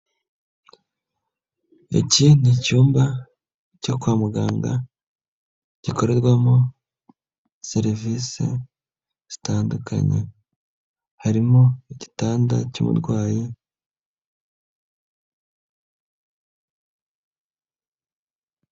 Iki ni cyumba cyo kwa muganga gikorerwamo serivisi zitandukanye, harimo igitanda cy'abarwayi.